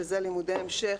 שזה לימודי המשך,